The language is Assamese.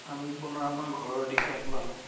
আমি পুনৰ আমাৰ ঘৰৰ দিশে আগবাঢ়োঁ